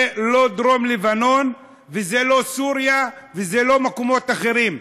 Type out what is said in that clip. זה לא דרום לבנון וזה לא סוריה וזה לא מקומות אחרים,